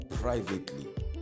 privately